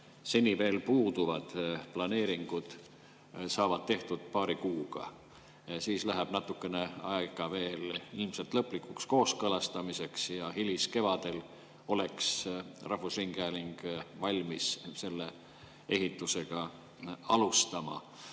seni veel puuduvad planeeringud saavad tehtud paari kuuga. Siis läheb veel ilmselt natukene aega lõplikuks kooskõlastamiseks ja hiliskevadel oleks rahvusringhääling valmis ehitusega alustama.